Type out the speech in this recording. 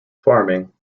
farming